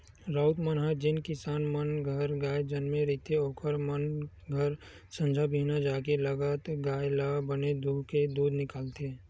राउत मन ह जेन किसान मन घर गाय जनमे रहिथे ओखर मन घर संझा बिहनियां जाके लगत गाय ल बने दूहूँके दूद निकालथे